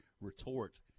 retort